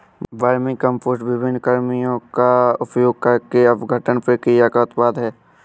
vermicompost विभिन्न कृमियों का उपयोग करके अपघटन प्रक्रिया का उत्पाद है